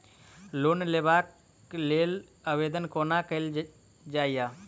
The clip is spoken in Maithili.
लोन लेबऽ कऽ लेल आवेदन कोना कैल जाइया?